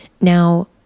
Now